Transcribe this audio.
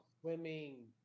swimming